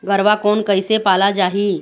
गरवा कोन कइसे पाला जाही?